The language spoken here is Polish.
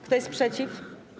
Kto jest przeciw?